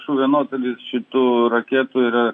šūvio nuotolis šitų raketų yra